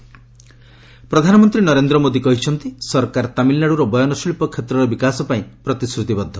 PM rally ପ୍ରଧାନମନ୍ତ୍ରୀ ନରେନ୍ଦ୍ର ମୋଦି କହିଛନ୍ତି ସରକାର ତାମିଲନାଡ୍ରର ବୟନ ଶିଳ୍ପ କ୍ଷେତ୍ରର ବିକାଶ ପାଇଁ ପ୍ରତିଶ୍ରତିବଦ୍ଧ